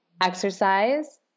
exercise